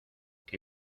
que